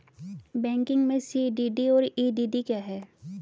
Banking में CDD और EDD क्या हैं?